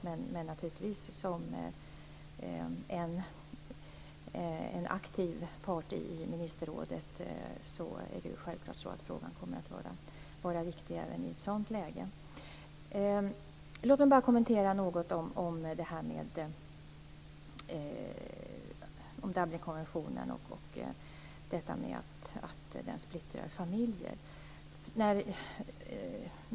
Men som en aktiv part i ministerrådet är det självklart så att frågan kommer att vara viktig även i ett sådant läge. Låt mig bara kommentera något om Dublinkonventionen och detta med att den splittrar familjer.